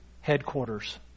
headquarters